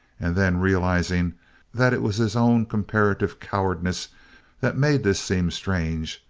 and then, realizing that it was his own comparative cowardice that made this seem strange,